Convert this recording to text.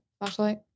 flashlight